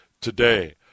today